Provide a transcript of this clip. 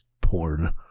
Porn